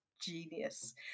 genius